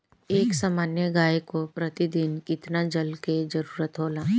एक सामान्य गाय को प्रतिदिन कितना जल के जरुरत होला?